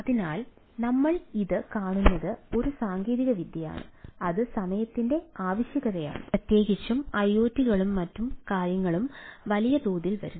അതിനാൽ നമ്മൾ ഇത് കാണുന്നത് ഒരു സാങ്കേതികവിദ്യയാണ് അത് സമയത്തിന്റെ ആവശ്യകതയാണ് പ്രത്യേകിച്ചും ഐഒടികളും മറ്റ് കാര്യങ്ങളും വലിയ തോതിൽ വരുന്നു